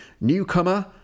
newcomer